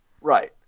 right